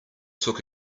took